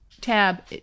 Tab